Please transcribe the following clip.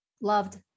Loved